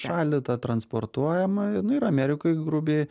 šaldyta transportuojama nu ir amerikoj grubiai